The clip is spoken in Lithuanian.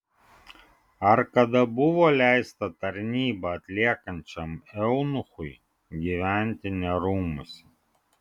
ar kada buvo leista tarnybą atliekančiam eunuchui gyventi ne rūmuose